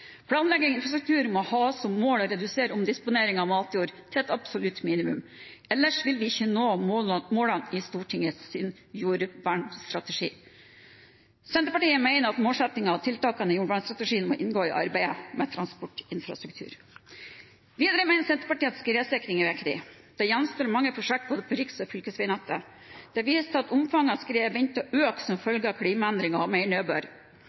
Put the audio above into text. Planlegging av infrastruktur må ha som mål å redusere omdisponering av matjord til et absolutt minimum, ellers vil vi ikke nå målene i Stortingets jordvernstrategi. Senterpartiet mener målsettingene og tiltakene i jordvernstrategien må inngå i arbeidet med transportinfrastruktur. Videre mener Senterpartiet at skredsikring er viktig. Det gjenstår mange prosjekter på både riks- og fylkesveinettet. Det vises til at omfanget av skred er ventet å øke som følge av klimaendringer og